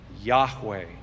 Yahweh